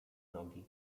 nogi